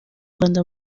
rwanda